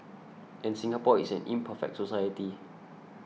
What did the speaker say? and Singapore is an imperfect society